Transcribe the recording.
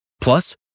Plus